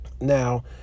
Now